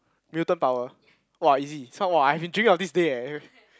mutant power !wah! easy this one !wah! I've been dreaming of this day eh